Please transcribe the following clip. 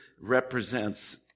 represents